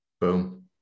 Boom